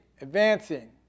advancing